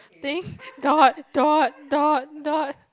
thing dot dot dot dot